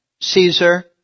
Caesar